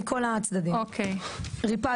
מכל הצדדים ריפדנו.